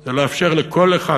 זה לאפשר לכל אחד